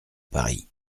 paris